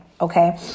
okay